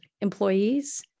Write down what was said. employees